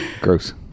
Gross